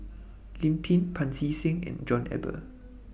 Lim Pin Pancy Seng and John Eber